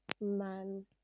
man